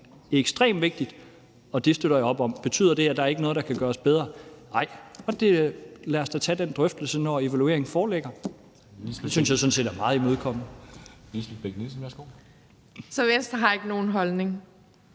ekstremt vigtigt, og det støtter jeg op om. Betyder det, at der ikke er noget, der kan gøres bedre? Nej, det gør det ikke, men lad os da tage den drøftelse, når evalueringen foreligger. Det synes jeg sådan set er meget imødekommende.